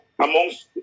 amongst